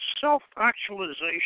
self-actualization